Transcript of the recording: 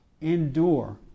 Endure